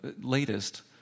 latest